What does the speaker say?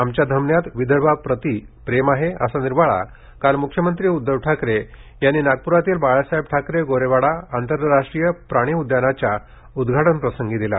आमच्या धमन्यांत विदर्भप्रती प्रेम आहे असा निर्वाळा काल मुख्यमंत्री उद्धव ठाकरे यांनी नागप्रातील बाळासाहेब ठाकरे गोरेवाडा आंतरराष्ट्रीय प्राणी उद्यानाच्या उद्घाटनप्रसंगी दिला